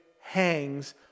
hangs